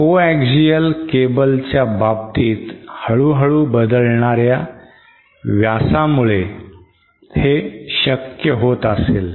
coaxial केबलच्या बाबतीत हळूहळू बदलणाऱ्या व्यासामुळे हे शक्य होत असेल